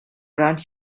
around